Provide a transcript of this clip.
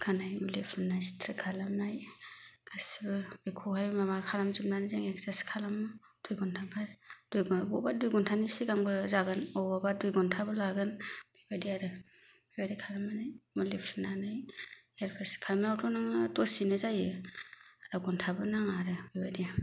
खानाय मुलि फुननाय स्ट्रेट खालामनाय गासिबो बेखौहाय माबा खालामजोबनानै जों एखसेस खालामो दुइ घन्टाफोर बबेबा दुइ घन्टानि सिगांबो जागोन बबेबा दुइ घन्टाबो लागोन बेबादि आरो बेबादि खालामनानै मुलि फुननानै एयार फ्रेस खालामनायावथ' नों दसेनो जायो एख घन्टाबो नाङा आरो बेबादि